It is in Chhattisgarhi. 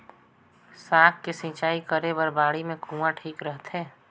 साग के सिंचाई करे बर बाड़ी मे कुआँ ठीक रहथे?